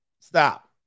Stop